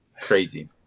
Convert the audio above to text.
crazy